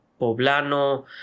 poblano